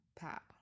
pop